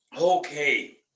Okay